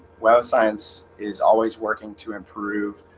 well science is always working to improve